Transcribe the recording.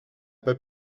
pas